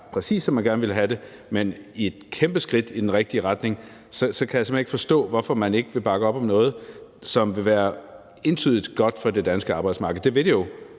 præcis som man gerne ville have det, men et kæmpe skridt i den rigtige retning, kan jeg simpelt hen ikke forstå, hvorfor man ikke vil bakke op om noget, som vil være entydigt godt for det danske arbejdsmarked. Det vil det jo.